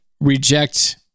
reject